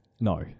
No